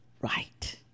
Right